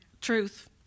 Truth